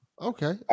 Okay